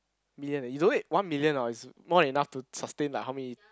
million eh you donate one million orh is more than enough to sustain like how many